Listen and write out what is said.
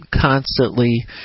constantly